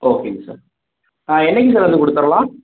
ஓகேங்க சார் என்றைக்கு சார் வந்து கொடுத்துர்லாம்